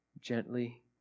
gently